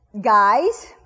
Guys